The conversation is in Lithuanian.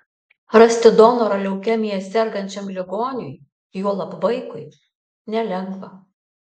rasti donorą leukemija sergančiam ligoniui juolab vaikui nelengva